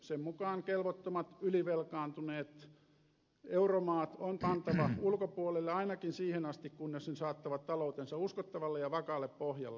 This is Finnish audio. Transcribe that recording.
sen mukaan kelvottomat ylivelkaantuneet euromaat on pantava ulkopuolelle ainakin siihen asti kunnes ne saattavat taloutensa uskottavalle ja vakaalle pohjalle